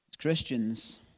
Christians